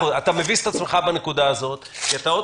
אתה מביס את עצמך בנקודה הזאת כי אתה עוד